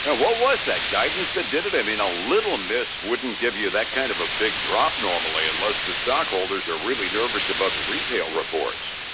and what was that guidance that did it? i mean, a little miss wouldn't give you that kind of a big drop normally, unless the stockholders are really nervous about the retail reports.